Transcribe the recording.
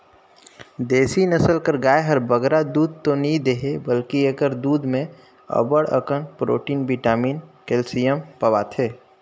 देसी नसल कर गाय हर बगरा दूद दो नी देहे बकि एकर दूद में अब्बड़ अकन प्रोटिन, बिटामिन, केल्सियम पवाथे